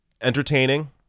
entertaining